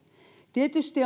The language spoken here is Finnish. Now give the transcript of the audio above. tietysti